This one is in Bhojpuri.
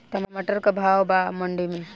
टमाटर का भाव बा मंडी मे?